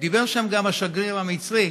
דיבר שם גם השגריר המצרי,